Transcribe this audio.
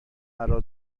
مرا